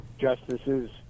justices